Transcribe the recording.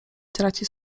traci